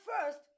first